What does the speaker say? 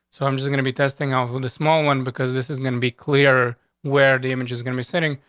so i'm just gonna be testing out with a small one because this is gonna be clear where the image is gonna be sitting.